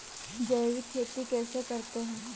जैविक खेती कैसे करते हैं?